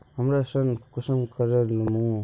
हमरा ऋण कुंसम करे लेमु?